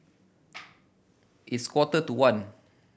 its quarter to one